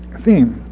theme.